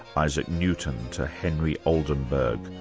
isaac newton to henry oldenberg,